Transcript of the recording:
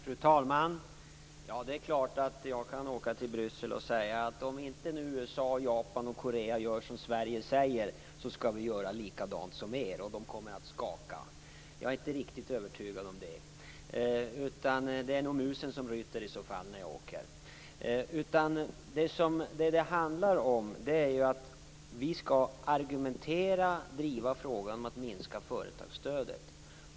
Fru talman! Det är klart att jag kan åka till Bryssel och säga: Om inte USA, Japan och Korea nu gör som Sverige säger skall vi göra likadant. Då kommer man att skaka. Jag är dock inte riktigt övertygad på den punkten. När jag åker är det nog musen som i så fall ryter. Vad det handlar om är att vi skall argumentera och driva frågan om minskat företagsstöd.